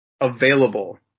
available